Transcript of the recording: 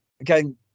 Again